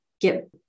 get